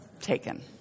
taken